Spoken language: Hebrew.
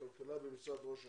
לכלכלה במשרד ראש הממשלה.